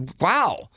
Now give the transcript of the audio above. wow